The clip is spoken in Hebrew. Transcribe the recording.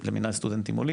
למנהל סטודנטים עולים,